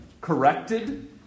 corrected